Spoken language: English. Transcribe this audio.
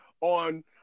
on